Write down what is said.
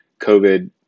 COVID